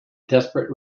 desperate